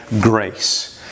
grace